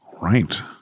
Right